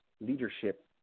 leadership